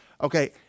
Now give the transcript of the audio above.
Okay